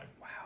Wow